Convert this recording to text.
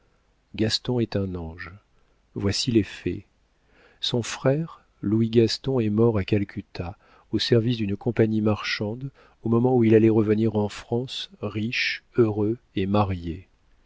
gaston est un ange voici les faits son frère louis gaston est mort à calcutta au service d'une compagnie marchande au moment où il allait revenir en france riche heureux et marié